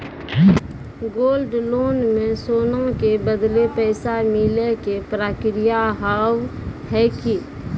Gold loan मे सोना के बदले पैसा मिले के प्रक्रिया हाव है की?